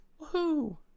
Woohoo